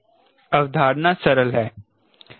अवधारणा सरल है